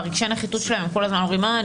ברגשי הנחיתות שלהם הם כל הזמן אומרים: אה,